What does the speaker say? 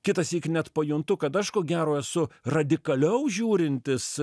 kitąsyk net pajuntu kad aš ko gero esu radikaliau žiūrintis